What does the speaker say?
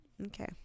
Okay